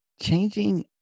changing